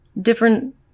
different